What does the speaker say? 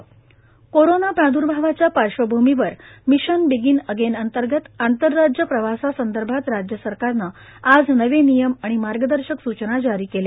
आंतरराज्य प्रवास कोरोना प्रादुर्भावाच्या पार्श्वभूमीवर मिशन बिगीन अगेन अंतर्गत आंतरराज्य प्रवासासंदर्भात राज्य सरकारने आज नवे नियम आणि मार्गदर्शक सूचना जारी केल्या